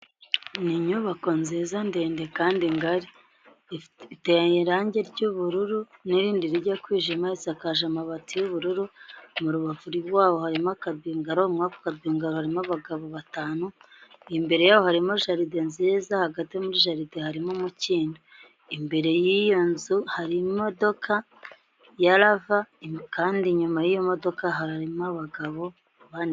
Ni inyubako nziza ndende kandi ngari, iteye irangi ry'ubururu n'irindi rijya kwijima, isakaje amabati y'ubururu, mu rubavu rwaho harimo akabingaro, mwako kabingaro harimo abagabo batanu, imbere yaho harimo jaride nziza, hagati muri jaride harimo umukindo, imbere y'iyo nzu hari imodoka ya rava, kandi inyuma y'iyo modoka harimo abagabo bane.